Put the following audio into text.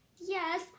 Yes